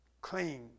clean